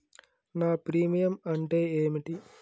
నా ప్రీమియం అంటే ఏమిటి?